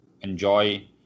enjoy